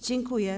Dziękuję.